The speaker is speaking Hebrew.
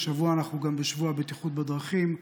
השבוע אנחנו גם בשבוע הבטיחות בדרכים,